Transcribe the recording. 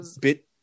bit